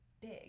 big